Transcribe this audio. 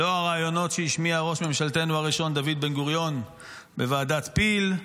לא הרעיונות שהשמיע ראש ממשלתנו הראשון דוד בן-גוריון בוועדת פיל,